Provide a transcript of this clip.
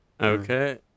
Okay